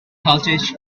cottage